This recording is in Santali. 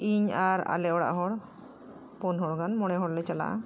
ᱤᱧ ᱟᱨ ᱟᱞᱮ ᱚᱲᱟᱜ ᱦᱚᱲ ᱯᱩᱱ ᱦᱚᱲ ᱜᱟᱱ ᱢᱚᱬᱮ ᱦᱚᱲ ᱞᱮ ᱪᱟᱞᱟᱜᱼᱟ